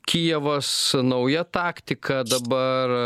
kijevas nauja taktika dabar